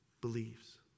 believes